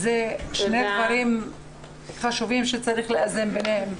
אלה שני דברים חשובים שצריך לאזן ביניהם.